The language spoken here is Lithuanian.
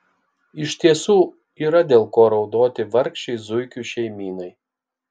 iš tiesų yra dėl ko raudoti vargšei zuikių šeimynai